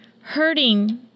hurting